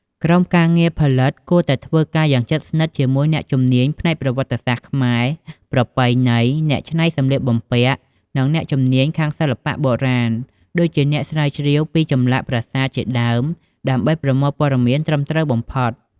ក្រុមការងារផលិតគួរតែធ្វើការយ៉ាងជិតស្និទ្ធជាមួយអ្នកជំនាញផ្នែកប្រវត្តិសាស្ត្រខ្មែរ ប្រពៃណី អ្នកច្នៃសម្លៀកបំពាក់ និងអ្នកជំនាញខាងសិល្បៈបុរាណ ដូចជាអ្នកស្រាវជ្រាវពីចម្លាក់ប្រាសាទជាដើម ដើម្បីប្រមូលព័ត៌មានត្រឹមត្រូវបំផុត ។